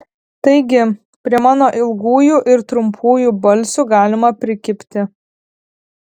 taigi prie mano ilgųjų ir trumpųjų balsių galima prikibti